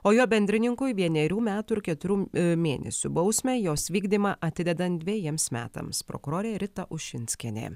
o jo bendrininkui vienerių metų ir keturių mėnesių bausmę jos vykdymą atidedant dvejiems metams prokurorė rita ušinskienė